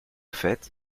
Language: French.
fait